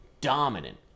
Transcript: dominant